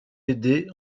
aidés